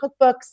cookbooks